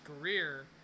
career